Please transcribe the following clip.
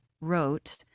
wrote